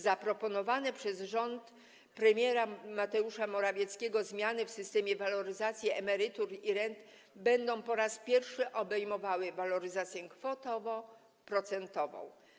Zaproponowane przez rząd premiera Mateusza Morawieckiego zmiany w systemie waloryzacji emerytur i rent będą po raz pierwszy obejmowały waloryzację kwotowo-procentową.